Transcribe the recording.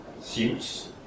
suits